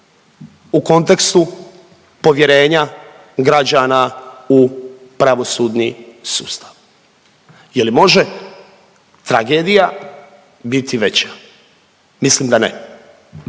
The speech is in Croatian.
u kontekstu povjerenja građana u pravosudni sustav. Jel može tragedija biti veća? Mislim da ne.